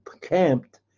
camped